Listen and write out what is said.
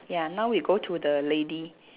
ya now we go to the lady